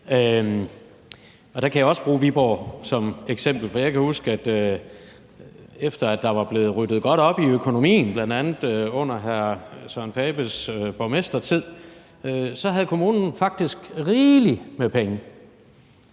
og der kan jeg også bruge Viborg som eksempel. Jeg kan huske, at kommunen, efter at der var blevet ryddet godt op i økonomien, bl.a. under hr. Søren Pape Poulsens borgmestertid, faktisk havde rigeligt med penge.